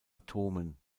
atomen